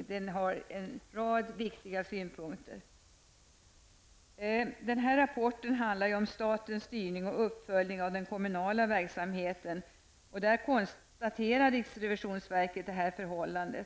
I den finns en rad viktiga synpunkter. Rapporten handlar om statens styrning och uppföljning av den kommunala verksamheten. Där konstaterar riksrevisionsverket detta förhållande.